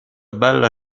bella